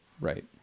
Right